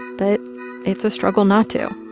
but it's a struggle not to.